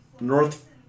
North